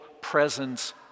presence